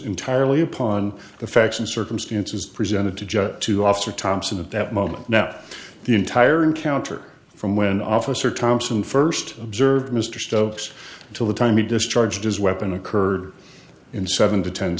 entirely upon the facts and circumstances presented to judge to officer thompson at that moment now the entire encounter from when officer thompson first observed mr stokes until the time he discharged his weapon occurred in seven to ten